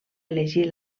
elegir